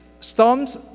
storms